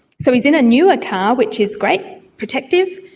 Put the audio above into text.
so he's in a newer car which is great, protective,